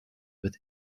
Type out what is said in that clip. with